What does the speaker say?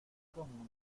como